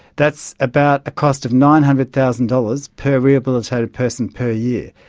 that's about a cost of nine hundred thousand dollars per rehabilitated person per year.